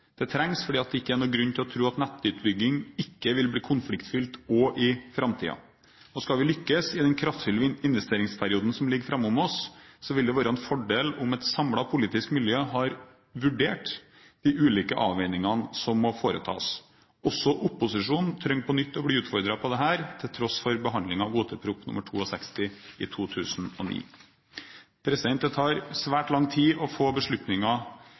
Det trengs fordi det ikke er noen grunn til å tro at nettutbygging ikke vil bli konfliktfylt også i framtiden. Skal vi lykkes i den kraftfulle investeringsperioden som ligger foran oss, vil det være en fordel om et samlet politisk miljø har vurdert de ulike avveiningene som må foretas. Også opposisjonen trenger på nytt å bli utfordret på dette, til tross for behandlingen av Ot.prp. nr. 62 for 2008–2009, i 2009. Det tar svært lang tid å få beslutninger